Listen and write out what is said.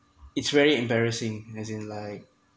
it's very embarrassing as in like